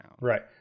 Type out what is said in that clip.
Right